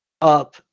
up